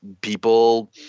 people